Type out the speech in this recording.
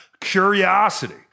Curiosity